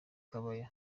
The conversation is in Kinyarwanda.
kabaya